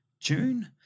June